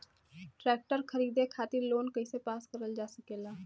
Tractor खरीदे खातीर loan कइसे पास करल जा सकेला?